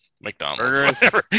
McDonald's